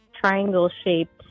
triangle-shaped